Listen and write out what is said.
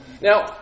Now